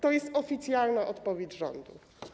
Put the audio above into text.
To jest oficjalna odpowiedź rządu.